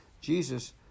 jesus